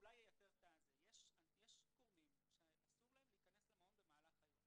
יש גורמים שאסור להם להיכנס למעון במהלך היום.